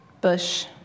bush